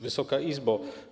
Wysoka Izbo!